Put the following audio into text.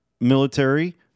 military